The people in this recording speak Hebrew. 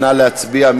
נא להצביע.